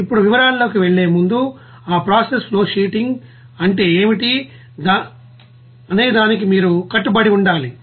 ఇప్పుడు వివరాల్లోకి వెళ్ళే ముందు ఆ ప్రాసెస్ ఫ్లోషీటింగ్ అంటే ఏమిటి అనే దానికి మీరు కట్టుబడి ఉండాలి